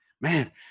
man